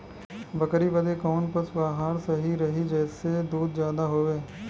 बकरी बदे कवन पशु आहार सही रही जेसे दूध ज्यादा होवे?